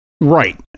Right